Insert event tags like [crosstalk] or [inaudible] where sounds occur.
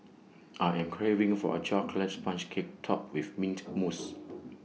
I am craving for A Chocolate Sponge Cake Topped with Mint Mousse [noise]